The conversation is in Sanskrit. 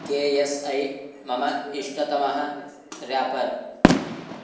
के एस् ऐ मम इष्टतमः रेपर्